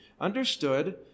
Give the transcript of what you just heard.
Understood